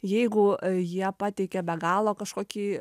jeigu jie pateikia be galo kažkokį